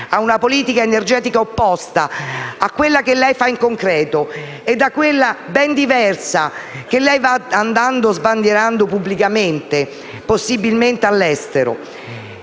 a una politica energetica opposta a quella che lei fa in concreto e che è ben diversa da quella che va sbandierando pubblicamente, possibilmente all'estero.